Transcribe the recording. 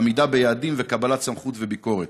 עמידה ביעדים וקבלת סמכות וביקורת.